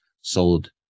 sold